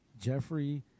Jeffrey –